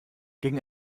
gegen